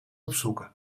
opzoeken